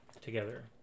together